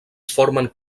formen